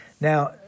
Now